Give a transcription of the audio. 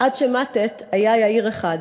"עד שמתת היה יאיר אחד,